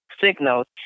signals